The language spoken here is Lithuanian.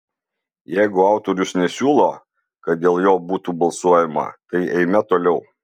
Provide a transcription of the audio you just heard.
jeigu autorius nesiūlo kad dėl jo būtų balsuojama tai eime toliau